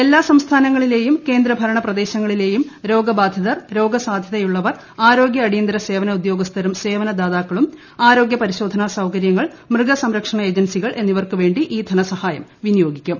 എല്ലാ സംസ്ഥാനങ്ങളിലെയും കേന്ദ്രഭരണപ്രദേശങ്ങളിലെയും രോഗബാധിതർ രോഗസാധ്യത യുള്ളവർ ആരോഗ്യ അടിയന്തിര സേവന ഉദ്യോഗസ്ഥരും സേവന ദാതാക്കളും ആരോഗൃ പരിശോധന സൌകരൃങ്ങൾ മൃഗസംരക്ഷ ഏജൻസികൾ എന്നിവർക്ക വേണ്ടി ഈ ധനസഹായം വിനിയോഗിക്കും